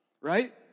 Right